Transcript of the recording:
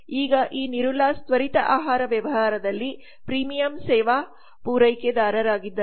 ಈಗ ಈ ನಿರುಲಾಸ್ ತ್ವರಿತ ಆಹಾರ ವ್ಯವಹಾರದಲ್ಲಿ ಪ್ರೀಮಿಯಂ ಸೇವಾ ಪೂರೈಕೆದಾರರಾಗಿದ್ದರು